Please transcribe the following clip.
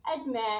admit